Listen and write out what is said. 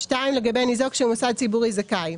לגבי ניזוק שהוא מוסד ציבורי זכאי,